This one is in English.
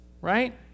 right